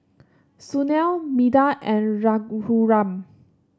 Sunil Medha and Raghuram